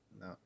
no